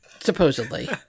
supposedly